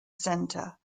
center